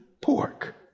pork